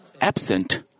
absent